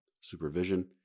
supervision